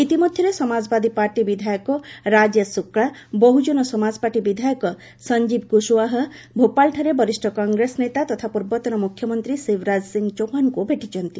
ଇତିମଧ୍ୟରେ ସମାଜବାଦୀ ପାର୍ଟି ବିଧାୟକ ରାଜେଶ ଶୁକ୍ଲା ବହୁଜନ ସମାଜ ପାର୍ଟି ବିଧାୟକ ସଞ୍ଜୀବ୍ କୁଶ୍ୱାହା ଭୋପାଳଠାରେ ବରିଷ୍ଣ କଂଗ୍ରେସ ନେତା ତଥା ପୂର୍ବତନ ମୁଖ୍ୟମନ୍ତ୍ରୀ ଶିବରାଜ ସିଂହ ଚୌହାନଙ୍କୁ ଭେଟିଛନ୍ତି